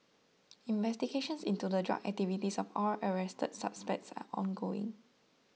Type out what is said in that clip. investigations into the drug activities of all arrested suspects are ongoing